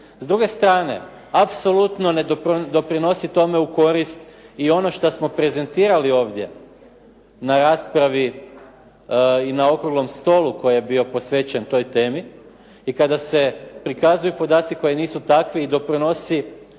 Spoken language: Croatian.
S druge strane, apsolutno ne doprinosi tome u korist i ono šta smo prezentirali ovdje na raspravi i na okruglom stolu koji je bio posvećen toj temi i kada se pokazuju podaci koji nisu takvi i doprinosi